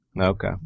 Okay